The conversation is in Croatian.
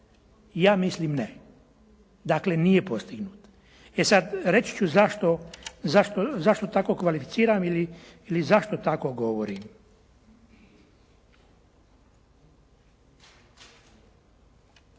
Ja mislim ne, dakle nije postignut. E sad, reći ću zašto tako kvalificiram ili zašto tako govorim.